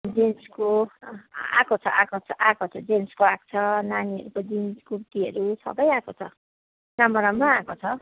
जेन्सको आएको छ आएको छ आएको छ जेन्सको आएको छ नानीहरूको जिन्सको कुर्तीहरू सबै आएको छ राम्रो राम्रो आएको छ